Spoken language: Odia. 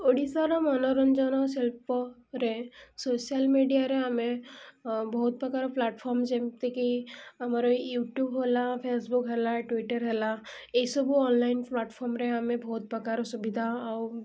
ଓଡ଼ିଶାର ମନୋରଞ୍ଜନ ଶିଳ୍ପରେ ସୋସିଆଲ୍ ମିଡ଼ିଆରେ ଆମେ ବହୁତ ପ୍ରକାର ପ୍ଲାଟ୍ଫର୍ମ ଯେମିତିକି ଆମର ୟୁଟ୍ୟୁବ୍ ହେଲା ଫେସବୁକ୍ ହେଲା ଟ୍ୱିଟର୍ ହେଲା ଏହିସବୁ ଅନଲାଇନ୍ ପ୍ଲାଟ୍ଫର୍ମରେ ଆମେ ବହୁତ ପ୍ରକାର ସୁବିଧା ଆଉ